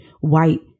white